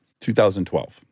2012